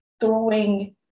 throwing